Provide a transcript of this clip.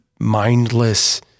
mindless